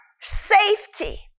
safety